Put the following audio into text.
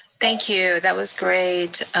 thank you, that was great.